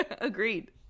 agreed